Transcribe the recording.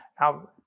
Now